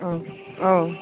ओं औ